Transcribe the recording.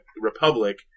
republic